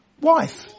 wife